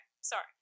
Sorry